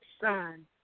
Son